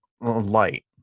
light